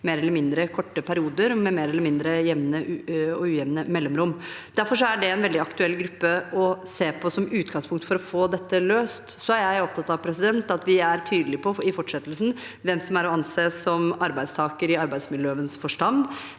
i mer eller mindre korte perioder med mer eller mindre jevne og ujevne mellomrom. Derfor er det en veldig aktuell gruppe å se på som utgangspunkt for å få dette løst. Jeg er opptatt av at vi i fortsettelsen er tydelige på hvem som er å anse som arbeidstaker i arbeidsmiljølovens forstand,